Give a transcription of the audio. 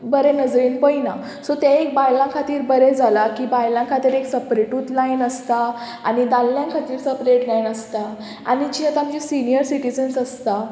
बरें नजरेन पयना सो तें एक बायलां खातीर बरें जालां की बायलां खातीर एक सपरेटूत लायन आसता आनी दादल्यां खातीर सपरेट लायन आसता आनी जीं आतां आमची सिनीयर सिटिजन्स आसता